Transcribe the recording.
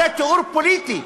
זה תיאור פוליטי.